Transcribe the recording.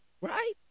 Right